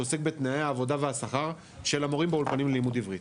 שעוסק בתנאי העבודה והשכר של המורים באולפנים ללימוד עברית.